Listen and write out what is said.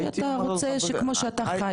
כי היית רוצה שכמו שאתה חי.